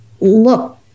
look